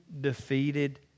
defeated